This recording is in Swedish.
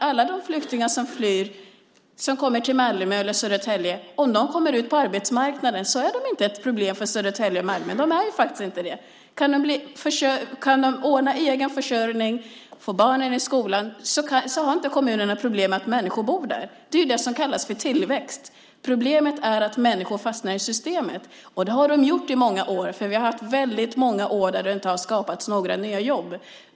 Alla de flyktingar som flytt och kommer till Malmö eller Södertälje: Om de kommer ut på arbetsmarknaden så är de inte ett problem för Malmö eller Södertälje. De är faktiskt inte det. Kan de ordna egen försörjning och få in barnen i skolan så har inte kommunerna några problem med att människor bor där. Det är ju det som kallas för tillväxt. Problemet är att människor fastnar i systemet, och det har de gjort i många år, för vi har haft väldigt många år då det inte har skapats några nya jobb.